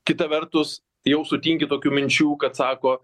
kita vertus jau sutinki tokių minčių kad sako